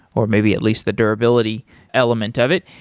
or maybe at least the durability element of it?